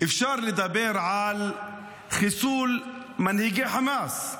אפשר לדבר על חיסול מנהיגי חמאס,